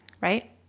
right